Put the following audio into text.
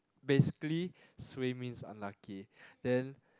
basically suay means unlucky then